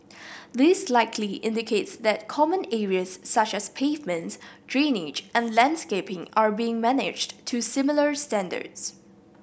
this likely indicates that common areas such as pavements drainage and landscaping are being managed to similar standards